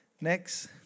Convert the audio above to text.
Next